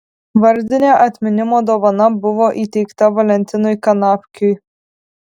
vardinė atminimo dovana buvo įteikta valentinui kanapkiui